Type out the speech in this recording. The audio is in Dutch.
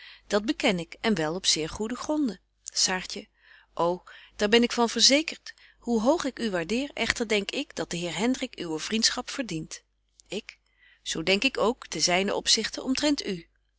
dat beken ik en wel op zeer goede gronden saartje ô daar ben ik van verzekert hoe hoog ik u waardeer echter denk ik dat de heer hendrik uwe vriendschap verdient ik zo denk ik ook ten zynen opzichte omtrent u